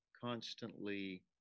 constantly